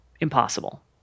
impossible